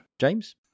James